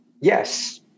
yes